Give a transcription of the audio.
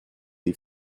des